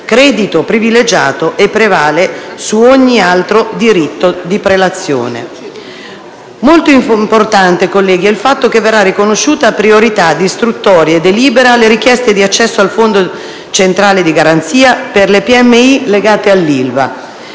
credito privilegiato e prevale su ogni altro diritto di prelazione. Molto importante, colleghi, è il fatto che verrà riconosciuta priorità di istruttoria e delibera alle richieste di accesso al Fondo centrale di garanzia per le piccole e medie